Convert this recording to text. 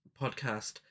podcast